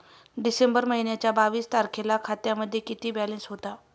डिसेंबर महिन्याच्या बावीस तारखेला खात्यामध्ये किती बॅलन्स होता?